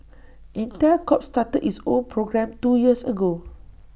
Intel Corp started its own program two years ago